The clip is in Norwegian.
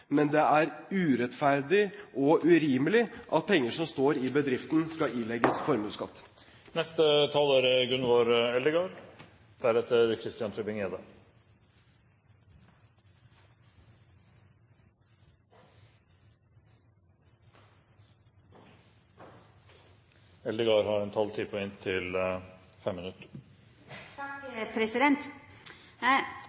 men det er urettferdig og urimelig at penger som står i bedriften, skal ilegges formuesskatt. Evalueringa av skattereforma syner gode resultat. Innføringa av utbytteskatt og forbetringar i formuesskatten har